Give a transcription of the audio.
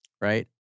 right